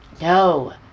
No